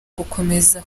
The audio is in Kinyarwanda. gukomeza